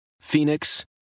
Phoenix